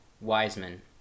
Wiseman